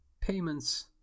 payments